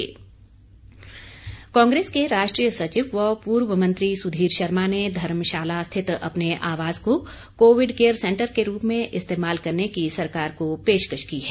सुधीर शर्मा कांग्रेस के राष्ट्रीय सचिव व पूर्व मंत्री सुधीर शर्मा ने धर्मशाला स्थित अपने आवास को कोविड केयर सेंटर के रूप में इस्तेमाल करने की सरकार को पेशकश की है